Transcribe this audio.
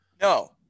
No